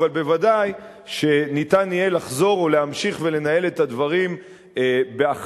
אבל ודאי שניתן יהיה לחזור ולהמשיך ולנהל את הדברים באחריות,